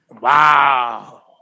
Wow